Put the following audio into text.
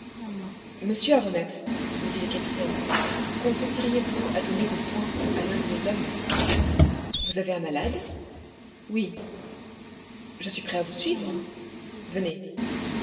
monsieur aronnax me dit le capitaine consentiriez vous à donner vos soins à l'un de mes hommes vous avez un malade oui je suis prêt à vous suivre venez